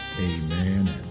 Amen